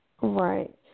Right